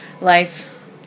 Life